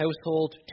household